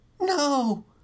no